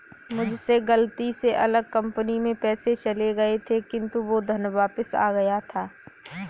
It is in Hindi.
मुझसे गलती से अलग कंपनी में पैसे चले गए थे किन्तु वो धन वापिस आ गया था